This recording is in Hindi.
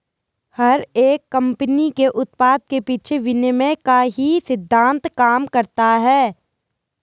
हर एक कम्पनी के उत्पाद के पीछे विनिमय का ही सिद्धान्त काम करता है